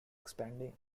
expanding